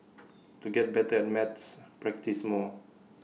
to get better at maths practise more